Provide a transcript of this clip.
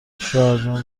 شوهرجان